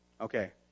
Okay